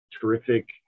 terrific